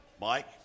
Mike